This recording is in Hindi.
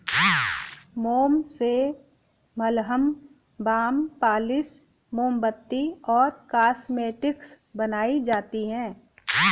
मोम से मलहम, बाम, पॉलिश, मोमबत्ती और कॉस्मेटिक्स बनाई जाती है